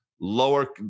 Lower